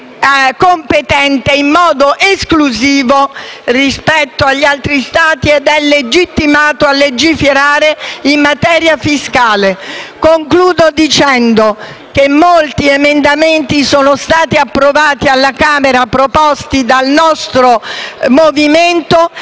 competente in modo esclusivo rispetto agli altri Stati ed è legittimato a legiferare in materia fiscale. Concludo, dicendo che molti emendamenti proposti dal nostro Movimento,